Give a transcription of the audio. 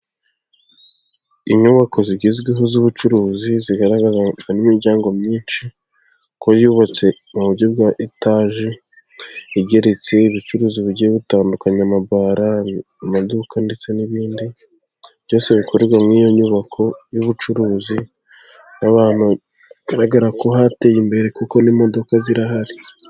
Inyubako zigezweho z'ubucuruzi zigaragaza n'imiryango myinshi ko yubatse mu buryo bwa etaji igeretse, ibicuruzwa bigiye butandukanye amabara, amaduka ndetse n'ibindi byose bikorerwa muri iyo nyubako y'ubucuruzi, n'abantu bigaragara ko hateye imbere kuko n'i imodoka zirahari.